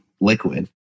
liquid